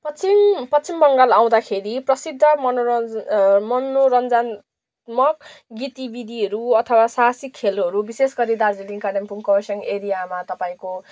पश्चिम पश्चिम बङ्गाल आउँदाखेरि प्रसिद्ध मनोरञ्जन मनोरञ्जनात्मक गतिविधीहरू अथवा सहासिक खेलहरू विशेष गरी दार्जिलिङ कालिम्पोङ खरसाङ एरियामा तपाईँको